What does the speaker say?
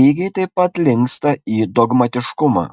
lygiai taip pat linksta į dogmatiškumą